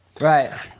Right